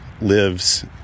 lives